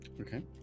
Okay